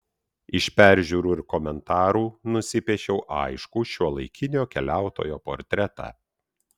iš peržiūrų ir komentarų nusipiešiau aiškų šiuolaikinio keliautojo portretą